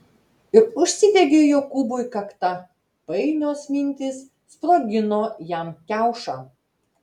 ir užsidegė jokūbui kakta painios mintys sprogino jam kiaušą